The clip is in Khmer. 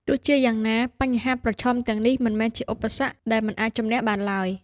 ទោះជាយ៉ាងណា បញ្ហាប្រឈមទាំងនេះមិនមែនជាឧបសគ្គដែលមិនអាចជម្នះបានឡើយ។